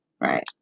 right